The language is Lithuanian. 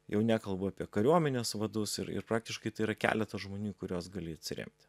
jau nekalbu apie kariuomenės vadus ir ir praktiškai tai yra keletas žmonių į kurios gali atsiremti